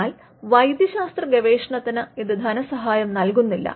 എന്നാൽ വൈദ്യശാസ്ത്രഗവേഷണത്തിന് ഇത് ധനസഹായം നൽകുന്നില്ല